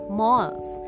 malls